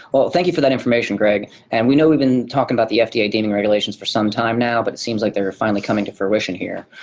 well, thank you for that information, greg, and we know we've been talking about the fda deeming regulations for some time now, but it seems like they're finally coming to fruition here.